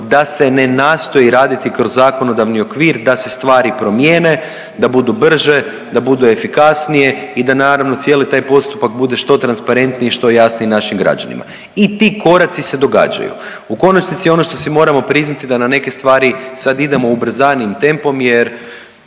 da se ne nastoji raditi kroz zakonodavni okvir, da se stvari promjene, da budu brže, da budu efikasnije i da naravno cijeli taj postupak bude što transparentniji i što jasniji našim građanima i ti koraci se događaju. U konačnici ono što si moramo priznati da na neke stvari sad idemo ubrzanijim tempom jer